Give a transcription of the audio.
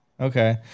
Okay